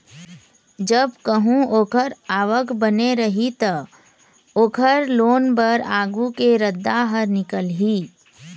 जब कहूँ ओखर आवक बने रही त, ओखर लोन बर आघु के रद्दा ह निकलही